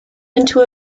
into